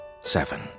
Seven